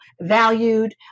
valued